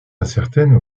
incertaine